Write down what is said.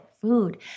food